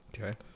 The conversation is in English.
Okay